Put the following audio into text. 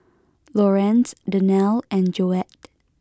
Lorenz Danielle and Joette